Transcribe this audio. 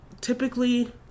typically